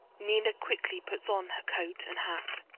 nina quickly puts on her coat and hat.